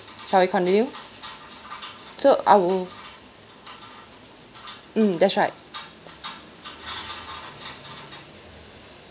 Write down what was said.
sorry continue so I will mm that's right